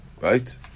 right